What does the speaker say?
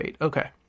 okay